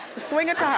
swing it to her.